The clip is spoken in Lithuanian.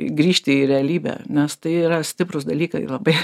grįžti į realybę nes tai yra stiprūs dalykai labai